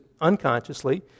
unconsciously